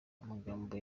amagambo